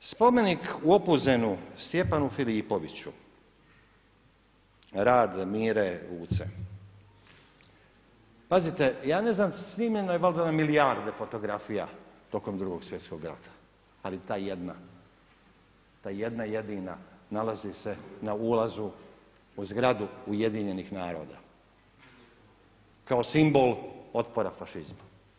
Spomenik u Opuzenu Stjepanu Filipoviću, rad Mire Vuce, pazite, ja ne znam snimljeno je valjda na milijarde fotografija tokom Drugog svjetskog rata ali ta jedna, ta jedna jedina nalazi se na ulazu u zgradu UN-a kao simbol otpora fašizma.